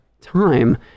time